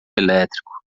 elétrico